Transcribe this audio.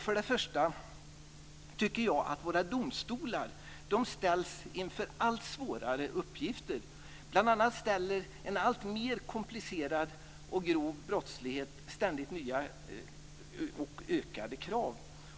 För det första ställs våra domstolar inför allt svårare uppgifter. Bl.a. ställer en alltmer komplicerad och grov brottslighet ständigt nya och ökade krav.